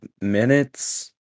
minutes